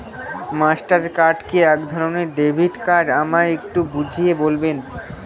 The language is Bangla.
মাস্টার কার্ড কি একধরণের ডেবিট কার্ড আমায় একটু বুঝিয়ে বলবেন?